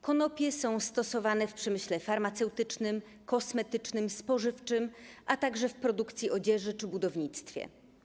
Konopie są stosowane w przemyśle farmaceutycznym, kosmetycznym, spożywczym, a także w produkcji odzieży czy w budownictwie.